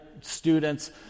students